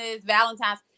Valentine's